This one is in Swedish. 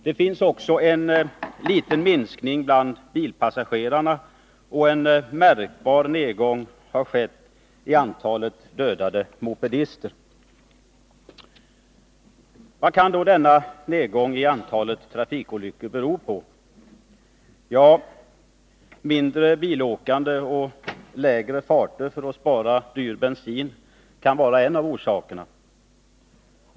En liten minskning är också att märka bland bilpassagerarna, och en märkbar nedgång har skett av antalet dödade mopedister. Vad kan då denna nedgång av antalet trafikolyckor bero på? Ja, mindre bilåkande och lägre farter för att spara dyr bensin kan vara några av orsakerna.